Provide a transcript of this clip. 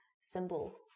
symbol